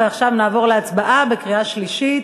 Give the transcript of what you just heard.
ועכשיו נעבור להצבעה בקריאה שלישית.